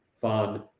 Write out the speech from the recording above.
fun